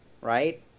Right